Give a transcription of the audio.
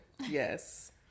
Yes